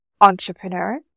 entrepreneur